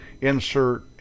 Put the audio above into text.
insert